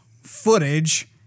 footage